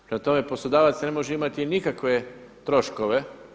Prema tome, poslodavac ne može imati nikakve troškove.